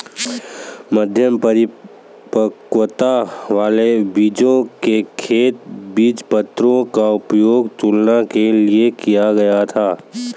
मध्य परिपक्वता वाले बीजों के खेत बीजपत्रों का उपयोग तुलना के लिए किया गया था